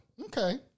Okay